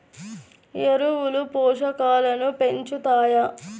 ఎరువులు పోషకాలను పెంచుతాయా?